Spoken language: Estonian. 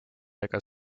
ega